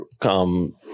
come